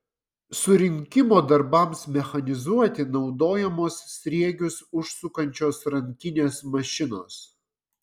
surinkimo darbams mechanizuoti naudojamos sriegius užsukančios rankinės mašinos